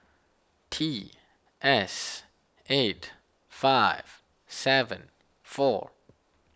T S eight five seven four